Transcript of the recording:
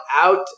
out